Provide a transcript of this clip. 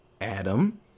Adam